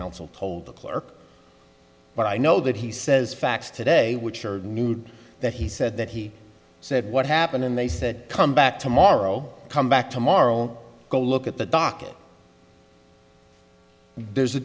counsel told the clerk but i know that he says facts today which are nude that he said that he said what happened and they said come back tomorrow come back tomorrow go look at the docket there's a